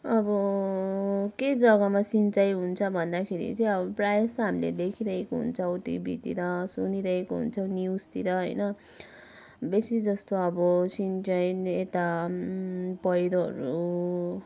अब के जग्गामा सिँचाइ हुन्छ भन्दाखेरि चाहिँ अब प्रायः जसो हामीले देखिरहेको हुन्छौँ टिभीतिर सुनिरहेको हुन्छौँ न्युजतिर होइन बेसी जस्तो अब सिँचाइ यता पैह्रोहरू